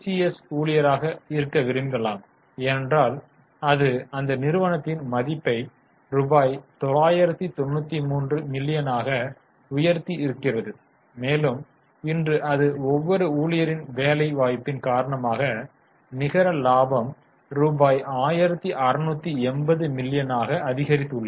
S ஊழியராக இருக்க விரும்பலாம் ஏனென்றால் அது அந்த நிறுவனத்தின் மதிப்பை ரூபாய் 993 மில்லியனாக உயர்த்தி இருக்கிறது மேலும் இன்று அது ஒவ்வொரு ஊழியரின் வேலை வாய்ப்பின் காரணமாக நிகர லாபம் ரூபாய் 1680 மில்லியனாக அதிகரித்துள்ளது